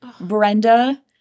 Brenda